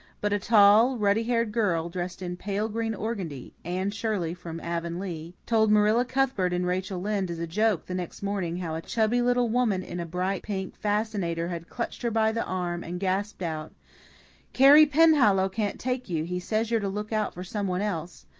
but a tall, ruddy-haired girl, dressed in pale green organdy anne shirley from avonlea told marilla cuthbert and rachel lynde as a joke the next morning how a chubby little woman in a bright pink fascinator had clutched her by the arm, and gasped out carey penhallow can't take you he says you're to look out for someone else,